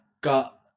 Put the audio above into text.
got